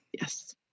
yes